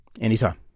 Anytime